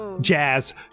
jazz